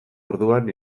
orduan